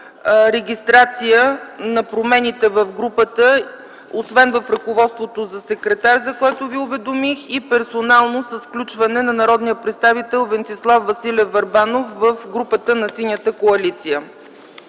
регистрация на промените в групата – освен в ръководството - за секретар, за което ви уведомих, и на персоналното включване на народния представител Венцислав Василев Върбанов в групата на Синята коалиция.